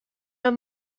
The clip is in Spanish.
los